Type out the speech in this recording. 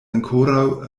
ankoraŭ